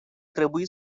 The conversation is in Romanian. trebui